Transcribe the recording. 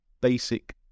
basic